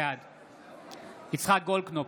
בעד יצחק גולדקנופ,